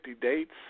dates